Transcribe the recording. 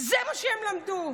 זה מה שהם למדו.